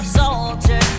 soldier